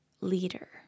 leader